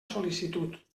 sol·licitud